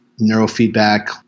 neurofeedback